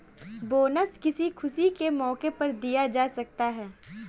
bonus किसी खुशी के मौके पर दिया जा सकता है